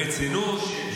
ברצינות,